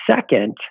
second